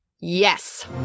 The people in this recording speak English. Yes